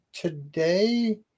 today